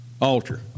altar